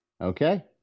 Okay